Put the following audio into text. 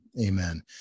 Amen